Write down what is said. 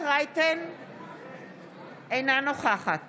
אינה נוכחת